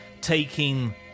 taking